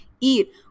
eat